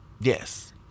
Yes